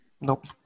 Nope